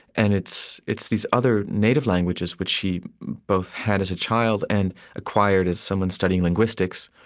and it's it's these other native languages, which he both had as a child and acquired as someone studying linguistics,